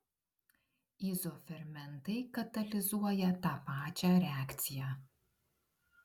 izofermentai katalizuoja tą pačią reakciją